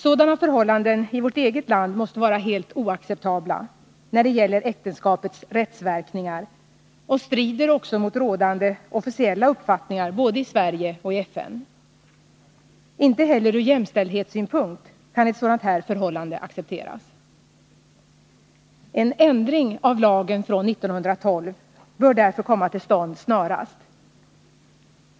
Sådana förhållanden i vårt eget land måste vara helt oacceptabla när det gäller äktenskapets rättsverkningar och strider också mot rådande officiella uppfattningar både i Sverige och i FN. Inte heller ur jämställdhetssynpunkt kan ett sådant här förhållande accepteras En ändring av lagen från 1912 bör därför komma till stånd snarast.